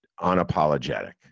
unapologetic